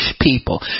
people